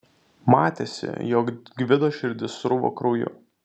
matėsi jog gvido širdis sruvo krauju